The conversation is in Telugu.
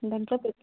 దాంట్లో పెట్టాం